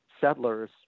settlers